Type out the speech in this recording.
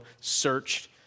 searched